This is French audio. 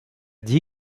dit